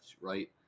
right